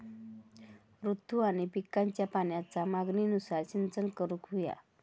ऋतू आणि पिकांच्या पाण्याच्या मागणीनुसार सिंचन करूक व्हया